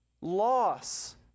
Loss